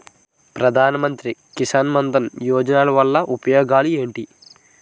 ప్రధాన మంత్రి కిసాన్ మన్ ధన్ యోజన వల్ల ఉపయోగాలు ఏంటి?